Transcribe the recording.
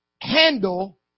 handle